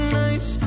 nights